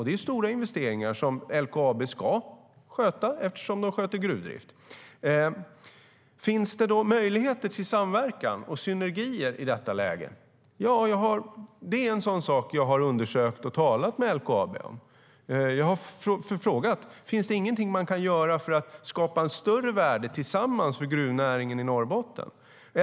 Det är stora investeringar som LKAB ska sköta eftersom de sköter gruvdriften. Finns det möjligheter till samverkan och synergier i detta läge? Det är en sådan sak som jag har undersökt och talat med LKAB om. Jag har frågat om det finns någonting man kan göra för att skapa ett större värde tillsammans med gruvnäringen i Norrbotten.